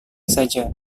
saja